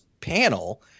panel